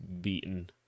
beaten